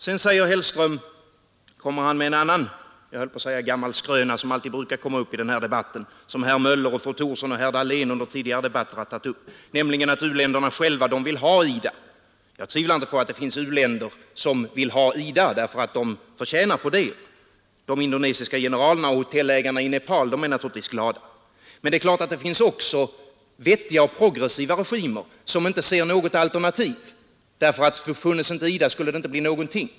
Sedan kommer herr Hellström med en annan gammal skröna som alltid brukar komma upp i den här debatten — som herr Möller i Gävle, fru Thorsson och herr Dahlén under tidigare debatter har tagit upp — nämligen att u-länderna själva vill ha IDA. Jag tvivlar inte på att det finns u-länder som vill ha IDA, därför att de förtjänar på det. De indonesiska generalerna och hotellägarna i Nepal är naturligtvis glada åt IDA. Men det är klart att det också finns vettiga och progressiva regimer som inte ser något alternativ — därför att det inte skulle bli någonting om inte IDA funnits.